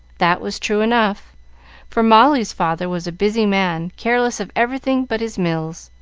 that was true enough for molly's father was a busy man, careless of everything but his mills,